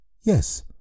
yes